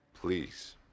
Please